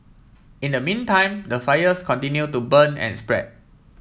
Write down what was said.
in the meantime the fires continue to burn and spread